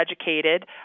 educated